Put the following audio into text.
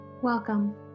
welcome